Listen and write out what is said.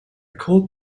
cold